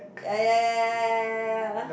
ya ya ya ya ya ya ya